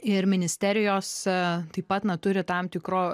ir ministerijos taip pat na turi tam tikro